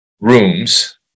rooms